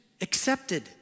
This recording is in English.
accepted